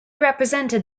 represented